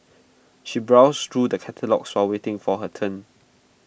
she browsed through the catalogues while waiting for her turn